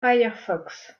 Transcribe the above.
firefox